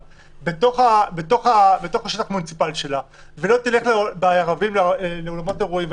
בתוך השטח המוניציפאלי שלה ולא תלך בערבים לאולמות אירועים,